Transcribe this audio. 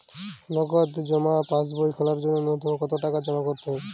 নগদ জমা পাসবই খোলার জন্য নূন্যতম কতো টাকা জমা করতে হবে?